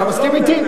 אתה מסכים אתי?